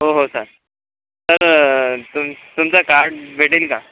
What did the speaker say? हो हो सार सर तुम् तुमचा कार्ड भेटेल का